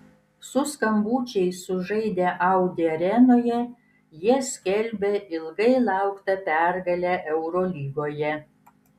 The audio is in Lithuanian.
su skambučiais sužaidę audi arenoje jie skelbė ilgai lauktą pergalę eurolygoje